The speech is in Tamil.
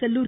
செல்லூர்